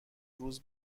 روز